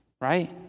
right